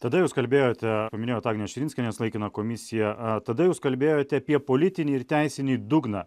tada jūs kalbėjote paminėjot agnės širinskienės laikiną komisiją tada jūs kalbėjote apie politinį ir teisinį dugną